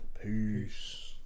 Peace